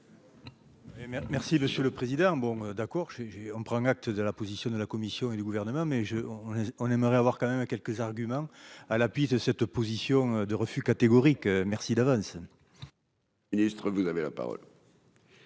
merci Monsieur le Président, bon d'accord j'ai j'ai on prend acte de la position de la Commission et du gouvernement mais je on on aimerait avoir quand même quelques arguments à l'appui de cette position de refus catégorique, merci d'avance.